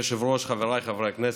אדוני היושב-ראש, חבריי חברי הכנסת,